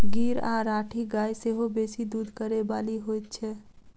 गीर आ राठी गाय सेहो बेसी दूध करय बाली होइत छै